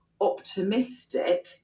optimistic